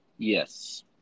Yes